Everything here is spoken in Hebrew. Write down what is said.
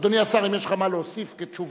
אדוני השר, אם יש לך מה להוסיף כתשובות.